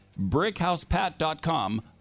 BrickHousePat.com